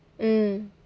mm